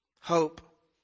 hope